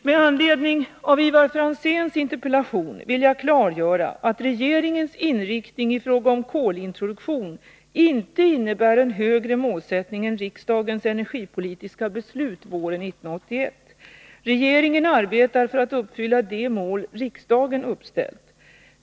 Med anledning av Ivar Franzéns interpellation vill jag klargöra att regeringens inriktning i fråga om kolintroduktion inte innebär en högre målsättning än riksdagens energipolitiska beslut våren 1981. Regeringen arbetar för att uppfylla de mål riksdagen uppställt.